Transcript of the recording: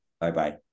bye-bye